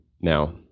now